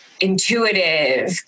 intuitive